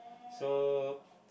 so